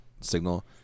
signal